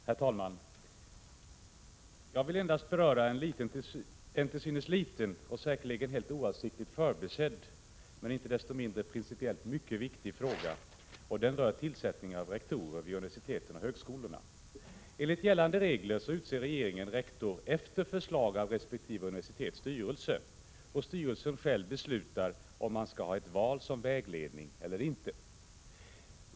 Herr talman! Jag vill endast beröra en till synes liten och säkerligen helt oavsiktligt förbisedd men icke desto mindre principiellt mycket viktig fråga — den rör tillsättning av rektorer vid universiteten och högskolorna. Enligt gällande regler utser regeringen rektor efter förslag av resp. universitets styrelse, och styrelsen själv beslutar om den skall ha ett val som vägledning eller inte.